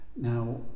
Now